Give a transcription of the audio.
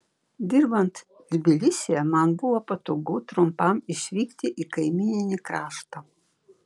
dirbant tbilisyje man buvo patogu trumpam išvykti į kaimyninį kraštą